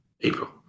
April